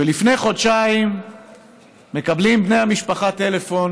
ולפני חודשיים מקבלים בני המשפחה טלפון